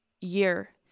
year